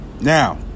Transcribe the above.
Now